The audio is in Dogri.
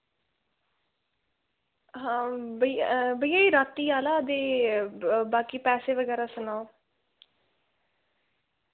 हां ब भैया